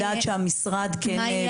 מה יהיה